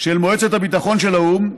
של מועצת הביטחון של האו"ם,